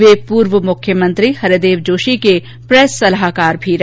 वे पूर्व मुख्यमंत्री हरिदेश जोशी के प्रेस सलाहकार भी रहे